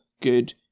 good